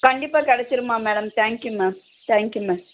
கண்டிப்பாக கிடச்சிடுமா madam thank you ma'am thank you May